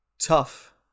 tough